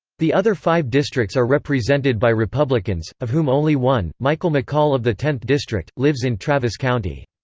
the other five districts are represented by republicans, of whom only one, michael mccaul of the tenth district, lives in travis county.